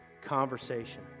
conversation